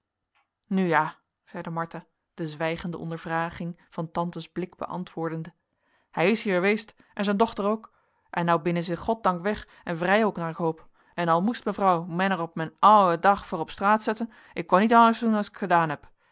nu ja zeide martha de zwijgende ondervraging van tantes blik beantwoordende hij is hier eweest en zijn dochter ook en nou binnen zij goddank weg en vrij ook naar ik hoop en al moest mevrouw men er op men ouwen dag voor op straat zetten ik kon niet aêrs doen als ik edaan heb